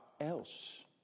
else